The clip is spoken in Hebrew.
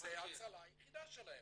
וזו ההצלה היחידה שלהם.